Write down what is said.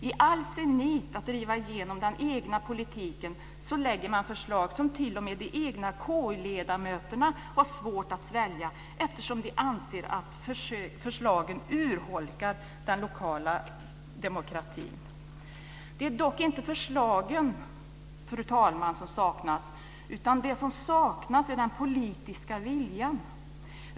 I all sin nit att driva igenom den egna politiken lägger man fram förslag som t.o.m. de egna KU ledamöterna har svårt att svälja eftersom de anser att förslagen urholkar den lokala demokratin. Fru talman! Det är dock inte förslagen som saknas, utan det som saknas är den politiska viljan.